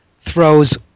throws